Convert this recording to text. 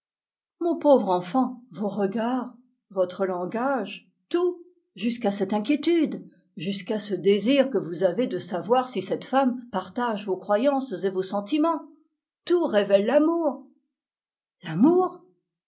mon pauvre enfant vos regards votre langage tout jusqu'à cette inquiétude jusqu'à ce désir que vous avez de savoir si cette femme partage vos croyances et vos sentiments tout révèle l'amour l'amour